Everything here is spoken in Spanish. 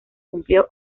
cumplió